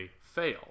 fail